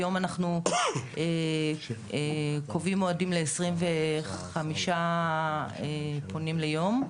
היום אנחנו קובעים מועדים ל-25 פונים ליום,